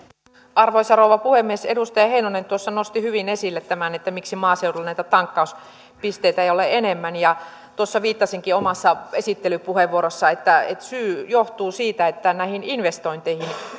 arvoisa rouva puhemies edustaja heinonen nosti hyvin esille tämän miksi maaseudulla näitä tankkauspisteitä ei ole enemmän viittasinkin jo omassa esittelypuheenvuorossani että syy on se että näihin investointeihin